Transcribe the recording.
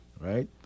Right